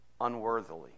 unworthily